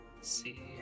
see